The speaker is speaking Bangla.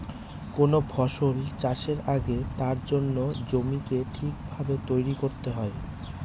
কোন ফসল চাষের আগে তার জন্য জমিকে ঠিক ভাবে তৈরী করতে হয়